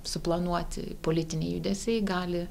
suplanuoti politiniai judesiai gali